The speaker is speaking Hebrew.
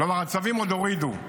כלומר הצווים עוד הורידו.